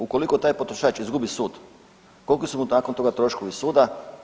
Ukoliko taj potrošač izgubi sud koliki su mu nakon toga troškovi suda?